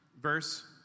verse